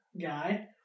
guy